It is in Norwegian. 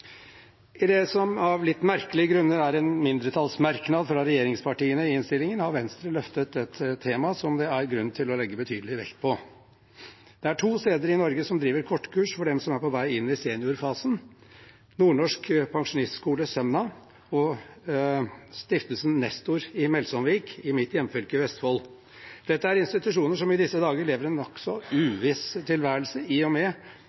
I det som av litt merkelige grunner er en mindretallsmerknad fra regjeringspartiene i innstillingen, har Venstre løftet et tema som det er grunn til å legge betydelig vekt på. Det er to steder i Norge som driver kortkurs for dem som er på vei inn i seniorfasen: Nordnorsk Pensjonistskole i Sømna og Stiftelsen Nestor i Melsomvik i mitt hjemfylke Vestfold. Dette er institusjoner som i disse dager lever en nokså uviss tilværelse, i og med